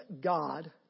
God